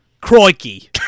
Crikey